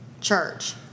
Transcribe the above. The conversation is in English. church